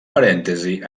parèntesi